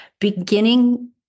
beginning